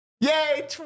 Yay